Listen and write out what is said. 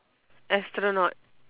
astronaut